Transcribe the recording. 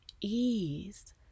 ease